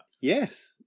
Yes